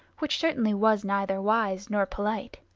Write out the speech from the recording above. which certainly was neither wise nor polite.